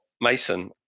Mason